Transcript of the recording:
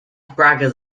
braggers